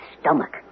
stomach